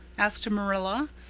asked marilla.